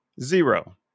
Zero